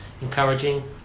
encouraging